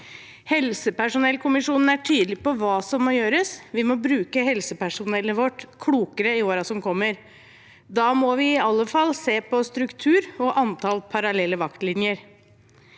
Helsepersonellkommisjonen er tydelig på hva som må gjøres. Vi må bruke helsepersonellet vårt klokere i årene som kommer. Da må vi i alle fall se på struktur og antall parallelle vaktlinjer.